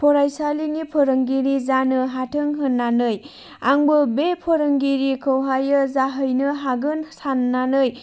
फरायसालिनि फोरोंगिरि जानो हाथों होननानै आंबो बे फोरोंगिरिखौहायो जाहैनो हागोन साननानै